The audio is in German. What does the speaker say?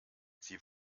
sie